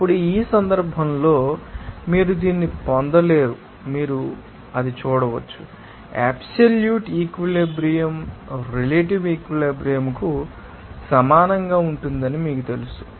అప్పుడు ఆ సందర్భంలో మీరు దీన్ని పొందలేరని మీరు చూడవచ్చు అబ్సల్యూట్ ఈక్విలిబ్రియం త రిలేటివ్ ఈక్విలిబ్రియం కు సమానంగా ఉంటుందని మీకు తెలుసు